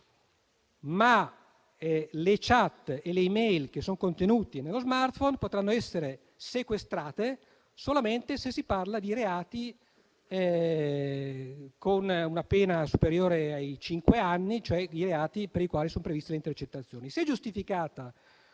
ma le *chat* e le *e-mail* che sono in esso contenute potranno essere sequestrate solamente se si parla di reati con una pena superiore ai cinque anni, cioè i reati per i quali sono previste le intercettazioni.